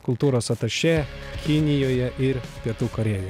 kultūros atašė kinijoje ir pietų korėjoj